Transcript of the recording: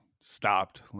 stopped